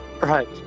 Right